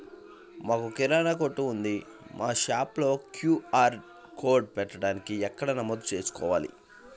మాకు కిరాణా కొట్టు ఉంది మా షాప్లో క్యూ.ఆర్ కోడ్ పెట్టడానికి ఎక్కడ నమోదు చేసుకోవాలీ?